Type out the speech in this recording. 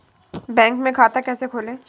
Bank में खाता कैसे खोलें?